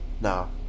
no